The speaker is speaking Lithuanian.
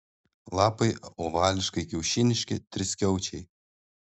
lapai ovališkai kiaušiniški triskiaučiai